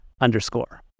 underscore